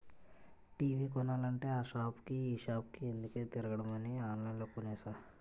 TV కొనాలంటే ఆ సాపుకి ఈ సాపుకి ఎందుకే తిరగడమని ఆన్లైన్లో కొనేసా